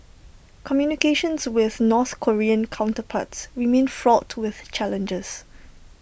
communications with north Korean counterparts remain fraught with challenges